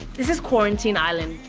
this is quarantine island,